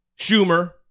Schumer